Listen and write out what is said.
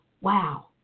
Wow